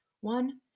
One